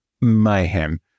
mayhem